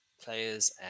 players